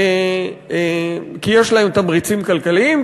יש להם תמריצים כלכליים,